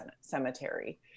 cemetery